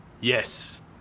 Yes